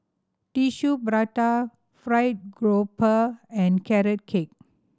Tissue Prata fried grouper and Carrot Cake